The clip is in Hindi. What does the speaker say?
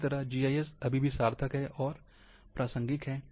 इसी तरह जीआईएस अभी भी सार्थक है और प्रासंगिक है